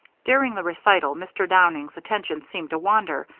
during the recital mr. downing's attention seemed to wander,